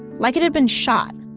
like it had been shot.